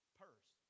purse